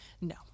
No